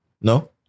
No